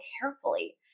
carefully